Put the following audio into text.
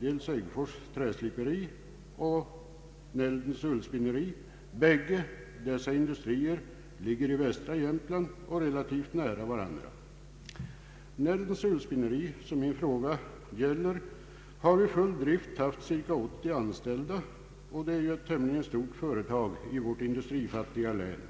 då Äggfors Träsliperi och Näldens Ullspinneri. Båda dessa industrier ligger i västra Jämtland och relativt nära varandra. Näldens Ullspinneri, som min fråga gäller, har vid full drift haft cirka 80 anställda — det är alltså ett tämligen stort företag i vårt industrifattiga län.